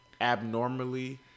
abnormally